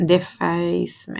defacement